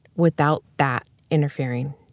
without that interfering.